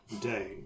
day